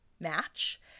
match